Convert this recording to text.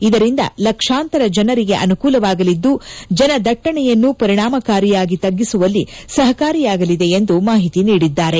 ಇದರಿಂದ ಲಕ್ಷಾಂತರ ಜನರಿಗೆ ಅನುಕೂಲವಾಗಲಿದ್ದು ಜನ ದಟ್ಟಣೆಯನ್ನು ಪರಿಣಾಮಕಾರಿಯಾಗಿ ತಗ್ಗಿಸುವಲ್ಲಿ ಸಹಕಾರಿಯಾಗಲಿದೆ ಎಂದು ಮಾಹಿತಿ ನೀದಿದ್ದಾರೆ